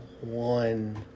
one